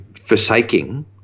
forsaking